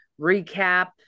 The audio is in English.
recap